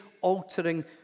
altering